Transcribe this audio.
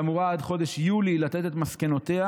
שאמורה עד חודש יולי לתת את מסקנותיה.